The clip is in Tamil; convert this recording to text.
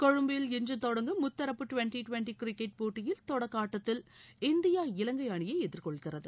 கொழும்பில் இன்று தொடங்கும் முத்தரப்பு ட்வென்டி ட்வென்டி கிரிக்கெட் போட்டியில் தொடக்க ஆட்டத்தில் இந்தியா இலங்கை அணியை எதிர்கொள்கிறது